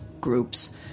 groups